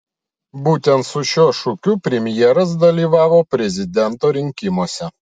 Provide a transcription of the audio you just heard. būtent su šiuo šūkiu premjeras dalyvavo prezidento rinkimuose